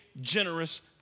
generous